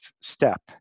step